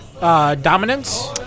dominance